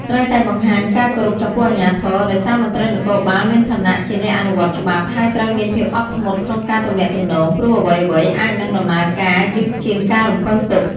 ត្រូវតែបង្ហាញការគោរពចំពោះអាជ្ញាធរ ដោយសារមន្ត្រីនគរបាលមានឋានៈជាអ្នកអនុវត្តច្បាប់ ហើយត្រូវមានភាពអត់ធ្មត់ក្នុងការទំនាក់ទំនង ព្រោះអ្វីៗអាចនឹងដំណើរការយឺតជាងការរំពឹងទុក។